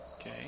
Okay